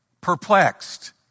perplexed